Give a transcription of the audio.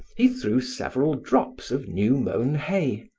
he threw several drops of new mown hay,